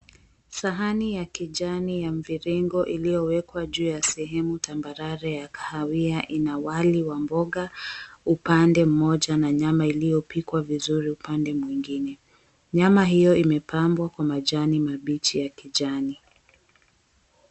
Sahani ya kijani ya mviringo iliyowekwa juu ya sehemu tambarare ya kahawia, ina wali wa mboga upande moja na nyama iliyopikwa vizuri upande mwingine. Nyama hiyo imepambwa kwa majani mabichi ya kijani.